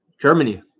Germany